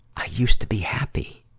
i used to be happy.